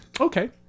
okay